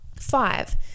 Five